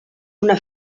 una